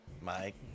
Mike